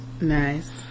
Nice